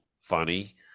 funny